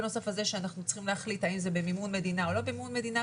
בנוסף לזה שאנחנו צריכים להחליט האם זה במימון מדינה או לא מימון מדינה,